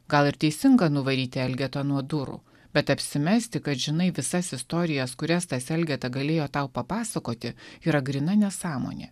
gal ir teisinga nuvaryti elgetą nuo durų bet apsimesti kad žinai visas istorijas kurias tas elgeta galėjo tau papasakoti yra gryna nesąmonė